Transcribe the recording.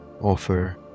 offer